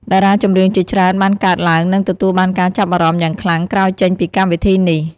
តារាចម្រៀងជាច្រើនបានកើតឡើងនិងទទួលបានការចាប់អារម្មណ៍យ៉ាងខ្លាំងក្រោយចេញពីកម្មវិធីនេះ។